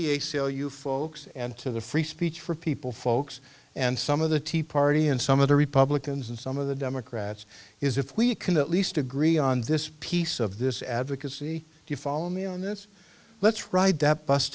u folks and to the free speech for people folks and some of the tea party and some of the republicans and some of the democrats is if we can at least agree on this piece of this advocacy if you follow me on this let's ride that bus